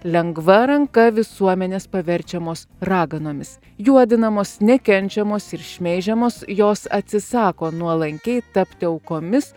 lengva ranka visuomenės paverčiamos raganomis juodinamos nekenčiamos ir šmeižiamos jos atsisako nuolankiai tapti aukomis